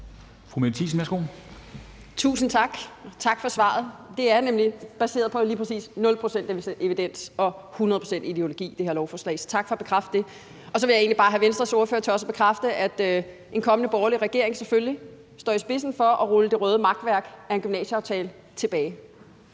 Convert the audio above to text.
Mette Thiesen (NB): Tusind tak, og tak for svaret. Det her lovforslag er nemlig baseret på lige præcis nul procent evidens og hundrede procent ideologi. Så tak for at bekræfte det. Så vil jeg egentlig også bare have Venstres ordfører til at bekræfte, at en kommende borgerlig regering selvfølgelig står i spidsen for at rulle det røde makværk af en gymnasieaftale tilbage.